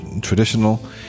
traditional